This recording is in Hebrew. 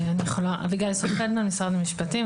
אביגיל סון פלדמן, משרד המשפטים.